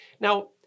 Now